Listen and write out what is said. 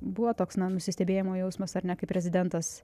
buvo toks na nusistebėjimo jausmas ar ne kai prezidentas